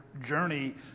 journey